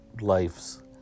lives